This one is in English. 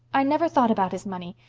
i never thought about his money.